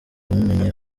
mumenye